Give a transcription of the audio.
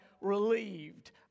relieved